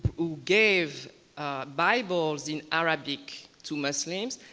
who gave bibles in arabic to muslims.